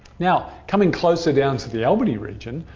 now, coming closer down to the albany region,